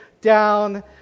down